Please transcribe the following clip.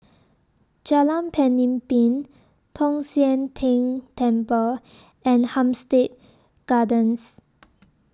Jalan Pemimpin Tong Sian Tng Temple and Hampstead Gardens